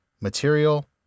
material